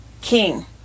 king